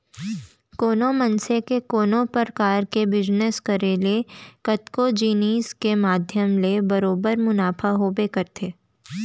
कोनो मनसे के कोनो परकार के बिजनेस करे ले कतको जिनिस के माध्यम ले बरोबर मुनाफा होबे करथे